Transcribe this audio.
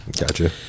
Gotcha